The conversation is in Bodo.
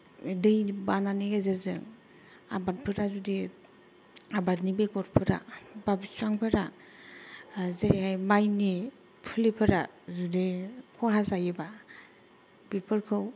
दै बानानि गेजेरजों आबादफोरा जुदि आबादनि बेगरफोरा बा बिफांफोरा जेरैहाय माइनि फुलिफोरा जुदि खहा जायोब्ला बेफोरखौ